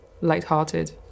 lighthearted